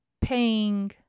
paying